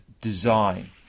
design